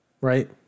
Right